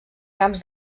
camps